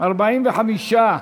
ואחד נוכח.